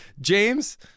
James